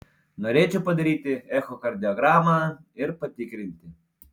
norėčiau padaryti echokardiogramą ir patikrinti